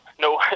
No